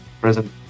present